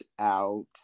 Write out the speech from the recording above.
out